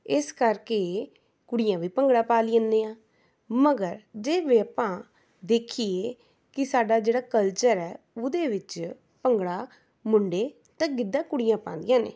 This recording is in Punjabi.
ਇਸ ਕਰਕੇ ਕੁੜੀਆਂ ਵੀ ਭੰਗੜਾ ਪਾ ਲੈਂਨੇ ਹਾਂ ਮਗਰ ਜਿਵੇਂ ਆਪਾਂ ਦੇਖੀਏ ਕਿ ਸਾਡਾ ਜਿਹੜਾ ਕਲਚਰ ਆ ਉਹਦੇ ਵਿੱਚ ਭੰਗੜਾ ਮੁੰਡੇ ਅਤੇ ਗਿੱਧਾ ਕੁੜੀਆਂ ਪਾਉਂਦੀਆਂ ਨੇ